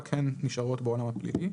רק הן נשארות בעולם הפלילי.